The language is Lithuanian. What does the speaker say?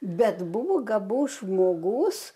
bet buvo gabus žmogus